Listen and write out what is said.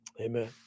Amen